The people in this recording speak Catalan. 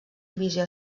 divisió